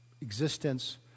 existence